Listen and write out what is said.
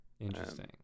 Interesting